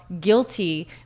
guilty